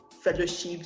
fellowships